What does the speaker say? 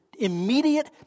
immediate